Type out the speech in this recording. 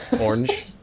Orange